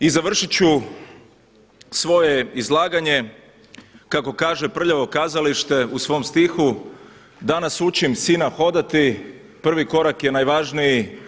I završit ću svoje izlaganje kako kaže Prljavo kazalište u svom stihu „Danas učim sina hodati, prvi korak je najvažniji.